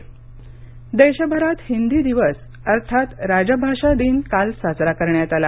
हिंदी दिवस देशभरात हिंदी दिवस अर्थात राजभाषा दिन काल साजरा करण्यात आला